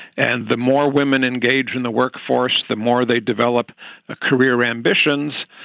and the more women engaged in the workforce, the more they develop a career ambitions,